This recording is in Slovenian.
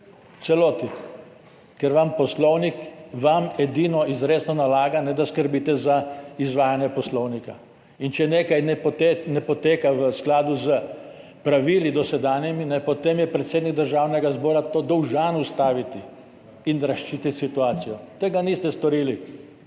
celoti, ker vam Poslovnik vam edino izrecno nalaga, da skrbite za izvajanje Poslovnika. In če nekaj ne poteka v skladu s pravili dosedanjimi, potem je predsednik Državnega zbora to dolžan ustaviti in razčistiti situacijo. Tega niste storili.